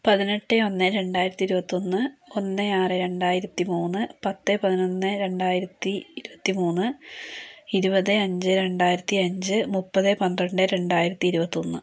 പതിനെട്ട് ഒന്ന് രണ്ടായിരത്തി ഇരുപത്തൊന്ന് ഒന്ന് ആറ് രണ്ടായിരത്തി മൂന്ന് പത്ത് പതിനൊന്ന് രണ്ടായിരത്തി ഇരുപത്തി മൂന്ന് ഇരുപത് അഞ്ച് രണ്ടായിരത്തി അഞ്ച് മുപ്പത് പന്ത്രണ്ട് രണ്ടായിരത്തി ഇരുപത്തൊന്ന്